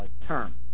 term